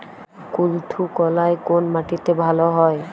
কুলত্থ কলাই কোন মাটিতে ভালো হয়?